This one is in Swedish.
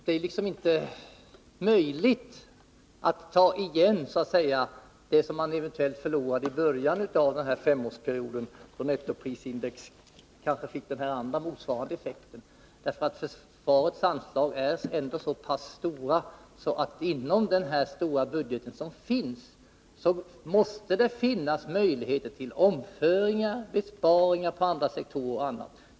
Det ä liksom inte möjligt att så att säga ta igen det som man eventuellt förlorade i början av den här femårsperioden, då nettoprisindex kanske fick den andra motsvarande effekt som nämnts. Försvarets anslag är ändå så pass stora att det inom den här omfattande budgeten måste finnas möjligheter till omföringar, besparingar på andra sektorer och annat.